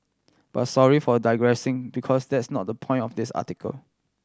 but sorry for digressing because that's not the point of this article